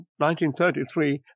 1933